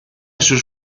sus